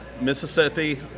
Mississippi –